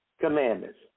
commandments